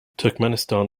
turkmenistan